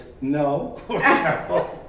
no